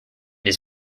his